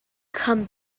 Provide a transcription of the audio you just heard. come